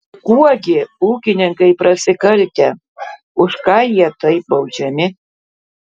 kuo gi ūkininkai prasikaltę už ką jie taip baudžiami